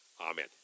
Amen